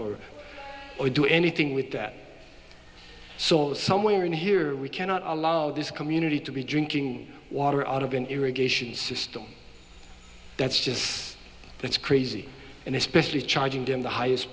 a or do anything with that so somewhere in here we cannot allow this community to be drinking water out of an irrigation system that's just that's crazy and especially charging them the highest